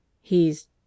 He's